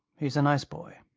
he's a nice boy?